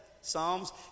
Psalms